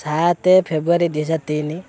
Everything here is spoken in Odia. ସାତ ଫେବୃଆରୀ ଦୁଇ ହଜାର ତିନି